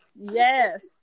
yes